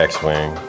X-Wing